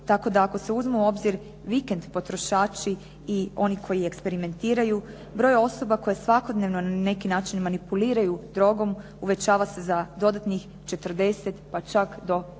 tako da ako se uzme u obzir vikend potrošači i oni koji eksperimentiraju, broj osoba koje svakodnevno na neki način manipuliraju drogom uvećava se za dodatnih 40, pa čak do 50